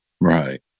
Right